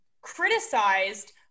criticized